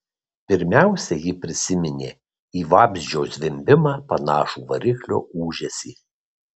pirmiausia ji prisiminė į vabzdžio zvimbimą panašų variklio ūžesį